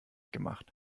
gemacht